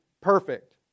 perfect